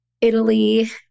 Italy